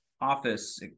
Office